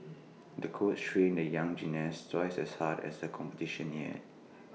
the coach trained the young gymnast twice as hard as the competition neared